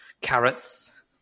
carrots